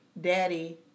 daddy